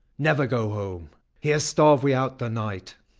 never go home here starve we out the night.